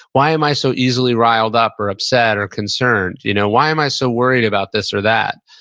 why am i so easily riled up or upset or concerned? you know why am i so worried about this or that?